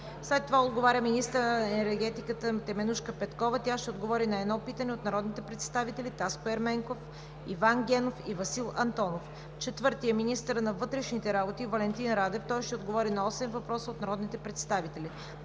Жельо Бойчев. 3. Министърът на енергетиката Теменужка Петкова ще отговори на едно питане от народните представители Таско Ерменков, Иван Генов и Васил Антонов. 4. Министърът на вътрешните работи Валентин Радев ще отговори на осем въпроса от народните представители